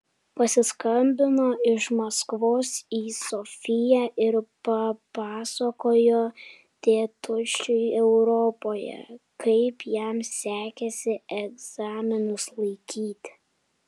pasiskambino iš maskvos į sofiją ir papasakojo tėtušiui europoje kaip jam sekėsi egzaminus laikyti